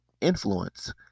influence